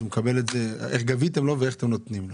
אז איך גביתם ממנו ואיך אתם מחזירים לו.